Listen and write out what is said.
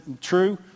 true